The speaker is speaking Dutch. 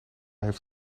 heeft